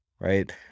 right